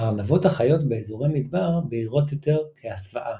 הארנבות החיות באזורי מדבר בהירות יותר כהסוואה.